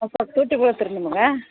ಬೇಕು ರೀ ನಿಮ್ಗೆ